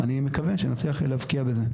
אני מקווה שנצליח להבקיע בזה.